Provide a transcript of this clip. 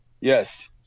Yes